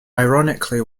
ironically